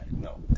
No